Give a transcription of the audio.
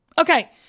Okay